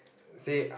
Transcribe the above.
said